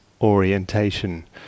orientation